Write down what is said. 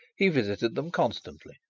he visited them constantly,